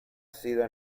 sigo